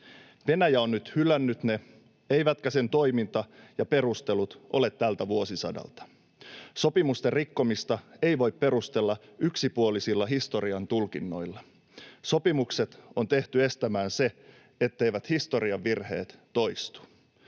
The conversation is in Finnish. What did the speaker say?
Venäjä on nyt hylännyt ne, eivätkä sen toiminta ja perustelut ole tältä vuosisadalta. Sopimusten rikkomista ei voi perustella yksipuolisilla historian tulkinnoilla. Sopimukset on tehty estämään se, etteivät historian virheet toistu.